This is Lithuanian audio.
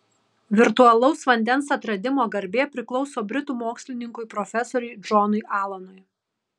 virtualaus vandens atradimo garbė priklauso britų mokslininkui profesoriui džonui alanui